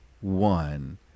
one